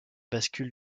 bascule